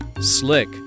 slick